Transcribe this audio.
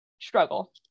struggle